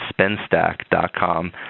Spinstack.com